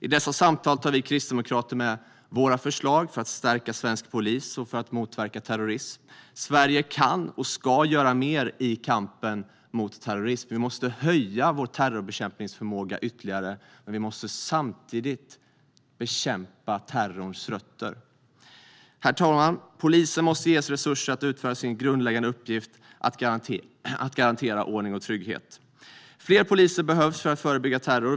I dessa samtal tar vi kristdemokrater med våra förslag för att stärka svensk polis och för att motverka terrorism. Sverige kan och ska göra mer i kampen mot terrorism. Vi måste höja vår terrorbekämpningsförmåga ytterligare, och vi måste samtidigt bekämpa terrorns rötter. Herr talman! Polisen måste ges resurser att utföra sin grundläggande uppgift: att garantera ordning och trygghet. Fler poliser behövs för att förebygga terror.